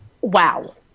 wow